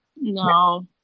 No